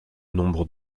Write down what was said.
nombre